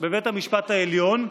בבית המשפט העליון,